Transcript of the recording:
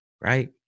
right